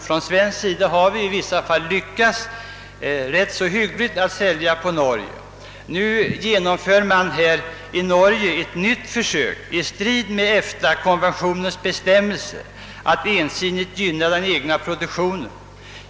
Från svensk sida har vi lyckats rätt hyggligt när det gäller att sälja till Norge. Men man genomför nu i Norge i strid med EFTA konventionens bestämmelser ett nytt försök att ensidigt gynna den egna produktionen.